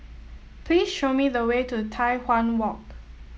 please show me the way to Tai Hwan Walk